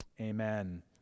Amen